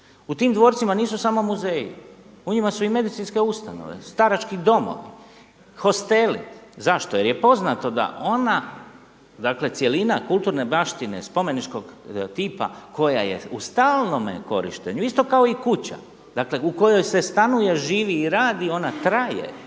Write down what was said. U tim dvorcima nisu samo muzeji, u njima su i medicinske ustanove, starački domovi, hosteli. Zašto? Jer je poznato da ona dakle cjelina kulturne baštine, spomeničkog tipa koja je u stalnome korištenju, isto kao i kuća dakle u kojoj se stanuje, živi i radi, ona traje